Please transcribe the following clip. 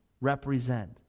represent